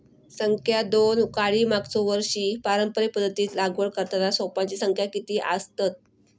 संख्या दोन काडी मागचो वर्षी पारंपरिक पध्दतीत लागवड करताना रोपांची संख्या किती आसतत?